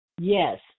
Yes